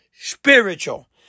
spiritual